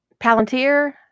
Palantir